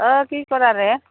অঁ কি কৰাৰে